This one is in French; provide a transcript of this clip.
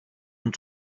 ont